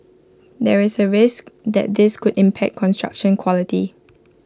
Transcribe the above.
there is A risk that this could impact construction quality